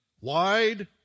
wide